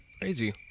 Crazy